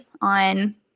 on